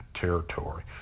territory